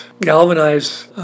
galvanize